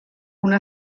una